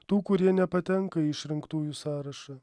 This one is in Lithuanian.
tų kurie nepatenka į išrinktųjų sąrašą